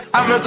I'ma